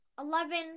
Eleven